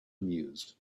amused